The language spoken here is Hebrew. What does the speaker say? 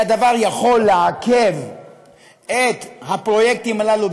והדבר יכול לעכב את הפרויקטים הללו,